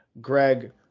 Greg